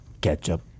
ketchup